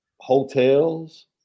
hotels